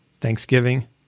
Thanksgiving